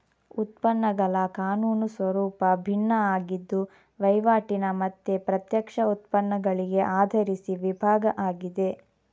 ಉತ್ಪನ್ನಗಳ ಕಾನೂನು ಸ್ವರೂಪ ಭಿನ್ನ ಆಗಿದ್ದು ವೈವಾಟಿನ ಮತ್ತೆ ಪ್ರತ್ಯಕ್ಷ ಉತ್ಪನ್ನಗಳಿಗೆ ಆಧರಿಸಿ ವಿಭಾಗ ಆಗಿದೆ